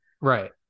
right